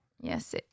Yes